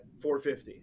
450